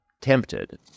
tempted